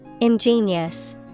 Ingenious